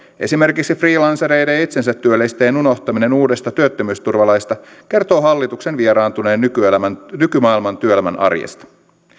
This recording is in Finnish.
esimerkiksi freelancereiden ja itsensätyöllistäjien unohtaminen uudesta työttömyysturvalaista kertoo hallituksen vieraantuneen nykymaailman nykymaailman työelämän arjesta